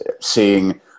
seeing